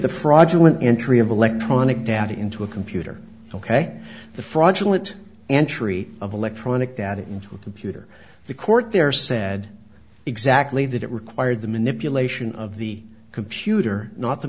the fraudulent entry of electronic data into a computer ok the fraudulent entry of electronic that into a computer the court there said exactly that it required the manipulation of the computer not the